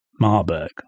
Marburg